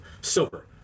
silver